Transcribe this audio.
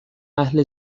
اهل